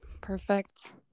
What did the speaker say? perfect